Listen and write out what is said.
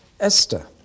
Esther